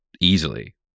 easily